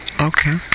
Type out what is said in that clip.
okay